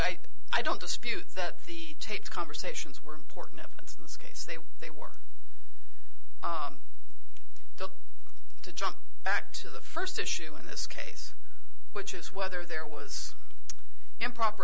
i don't dispute that the taped conversations were important evidence in this case they were they were built to trump back to the first issue in this case which is whether there was improper